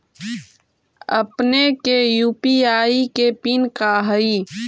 अपने के यू.पी.आई के पिन का हई